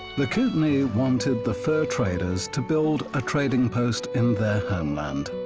the kootenai wanted the fur traders to build a trading post in their homeland.